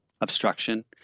obstruction